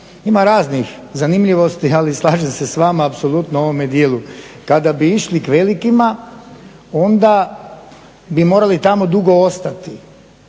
Ima raznih zanimljivosti, ali slažem se sa vama apsolutno u ovome dijelu. Kada bi išli k velikima onda bi morali tamo dugo ostati